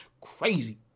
crazy